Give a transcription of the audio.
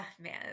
man